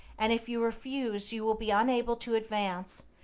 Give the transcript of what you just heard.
and if you refuse you will be unable to advance,